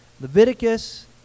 leviticus